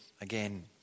again